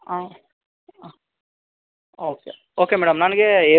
ಹಾಂ okay okay madam ನನಗೇ